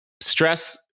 stress